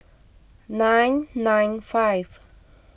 nine nine five